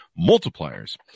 Multipliers